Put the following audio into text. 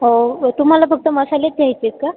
हो तुम्हाला फक्त मसालेच घ्यायचे आहेत का